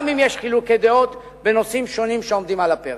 גם אם יש חילוקי דעות בנושאים שונים שעומדים על הפרק.